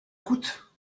coûte